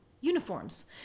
uniforms